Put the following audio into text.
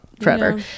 forever